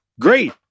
great